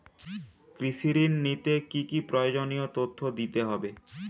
কৃষি ঋণ নিতে কি কি প্রয়োজনীয় তথ্য দিতে হবে?